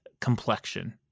complexion